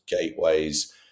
gateways